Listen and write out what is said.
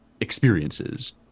experiences